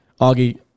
Augie